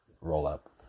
roll-up